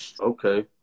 Okay